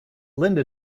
linda